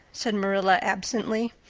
said marilla absently.